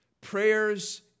prayers